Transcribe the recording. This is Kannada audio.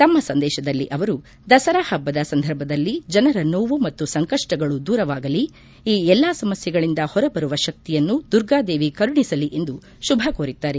ತಮ್ಮ ಸಂದೇಶದಲ್ಲಿ ಅವರು ದಸರಾ ಹಬ್ಬದ ಸಂದರ್ಭದಲ್ಲಿ ಜನರ ನೋವು ಮತ್ತು ಸಂಕಷ್ಟಗಳು ದೂರವಾಗಲಿ ಈ ಎಲ್ಲಾ ಸಮಸ್ಯೆಗಳಿಂದ ಹೊರಬರುವ ಶಕ್ತಿಯನ್ನು ದುರ್ಗಾ ದೇವಿ ಕರುಣಿಸಲಿ ಎಂದು ಶುಭ ಕೋರಿದ್ದಾರೆ